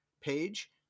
page